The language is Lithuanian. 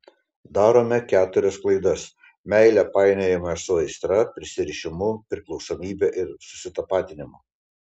darome keturias klaidas meilę painiojame su aistra prisirišimu priklausomybe ir susitapatinimu